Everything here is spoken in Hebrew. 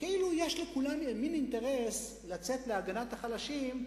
וכאילו יש לכולם מין אינטרס לצאת להגנת החלשים,